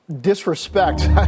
disrespect